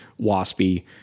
waspy